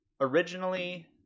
originally